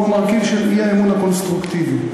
הוא המרכיב של האי-אמון הקונסטרוקטיבי.